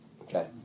Okay